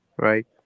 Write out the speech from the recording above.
Right